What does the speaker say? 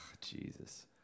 Jesus